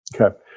Okay